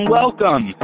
welcome